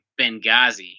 Benghazi